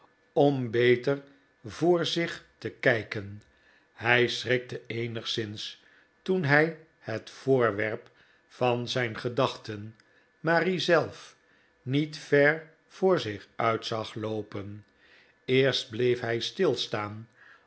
om beter voor zich te kijken hij schrikte eenigszins toen hij het voorwerp van zijn gedachten marie zelf niet ver voor zich uit zag loopen eerst bleef hij stilstaan